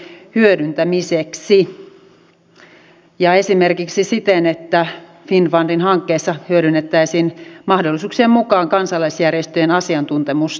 eduskunnan ja koko yhteiskunnan tulee toimia siten että pk yritysten mahdollisuudet toimia vientimarkkinoilla ovat nykyistä paremmat